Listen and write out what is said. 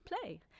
play